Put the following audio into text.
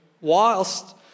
whilst